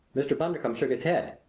mr. bundercombe shook his head.